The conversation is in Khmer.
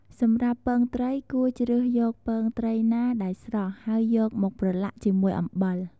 សម្រាប់ពងត្រី គួរជ្រើសយកពងត្រីណាដែលស្រស់ ហើយយកមកប្រឡាក់ជាមួយអំបិល។